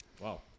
wow